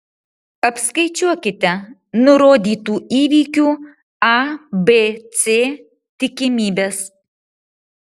apskaičiuokite nurodytų įvykių a b c tikimybes